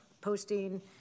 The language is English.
posting